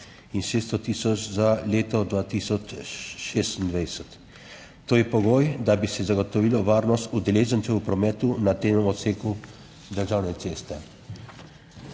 in 600 tisoč za leto 2026. To je pogoj, da bi se zagotovilo varnost udeležencev v prometu na tem odseku državne ceste.